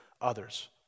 others